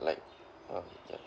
like okay can